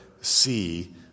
see